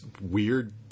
weird